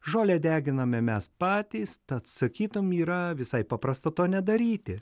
žolę deginame mes patys tad sakytum yra visai paprasta to nedaryti